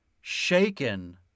shaken